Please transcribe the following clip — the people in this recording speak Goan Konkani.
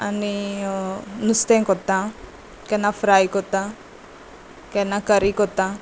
आनी नुस्तें करता केन्ना फ्राय करता केन्ना करी करता